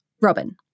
Robin